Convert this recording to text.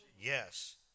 Yes